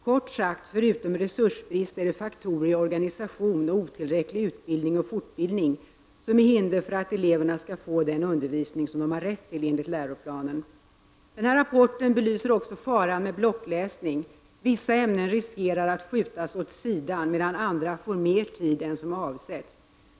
Kort sagt är det, förutom resursbrist, faktorer i organisation och otillräcklig utbildning och fortbildning som är hinder för att eleverna skall få den undervisning som de har rätt till enligt läroplanen. Denna rapport belyser också faran med blockläsning — vissa ämnen riskerar att skjutas åt sidan, medan andra får mer tid än som avsetts.